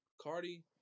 Cardi